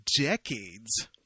decades